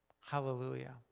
hallelujah